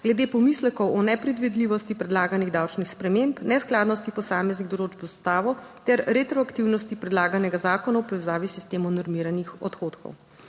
glede pomislekov o nepredvidljivosti predlaganih davčnih sprememb, neskladnosti posameznih določb z Ustavo ter retroaktivnosti predlaganega zakona v povezavi s sistemom normiranih odhodkov.